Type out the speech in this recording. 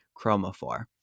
chromophore